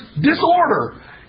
disorder